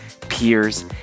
peers